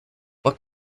what